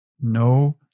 No